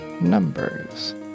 numbers